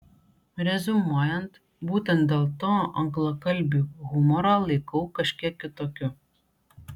reziumuojant būtent dėl to anglakalbį humorą laikau kažkiek kitokiu